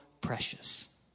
precious